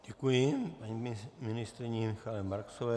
Děkuji paní ministryni Marksové.